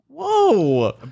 Whoa